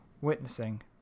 witnessing